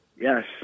Yes